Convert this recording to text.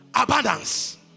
abundance